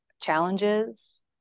challenges